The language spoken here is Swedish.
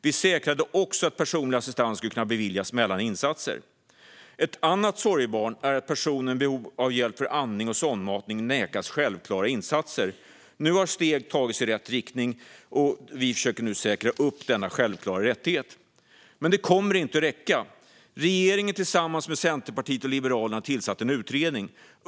Vi säkrade också att personlig assistans ska kunna beviljas mellan insatser. Ett annat sorgebarn är att personer med behov av hjälp med andning och sondmatning nekas självklara insatser. Nu har steg tagits i rätt riktning, och vi försöker säkra denna självklara rättighet. Det här kommer inte att räcka. Regeringen tillsammans med Centerpartiet och Liberalerna har därför tillsatt en utredning.